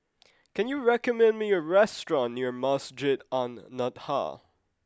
can you recommend me a restaurant near Masjid An Nahdhah